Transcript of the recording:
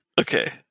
Okay